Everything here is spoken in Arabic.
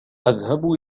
أذهب